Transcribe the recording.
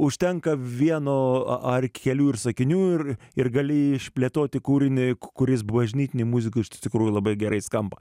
užtenka vieno ar kelių ir sakinių ir ir gali išplėtoti kūrinį kuris bažnytinėj muzikoj iš tikrųjų labai gerai skamba